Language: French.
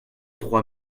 trois